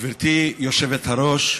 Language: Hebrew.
גברתי היושבת-ראש,